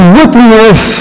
witness